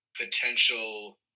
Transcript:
potential